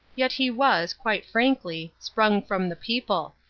yet he was, quite frankly, sprung from the people,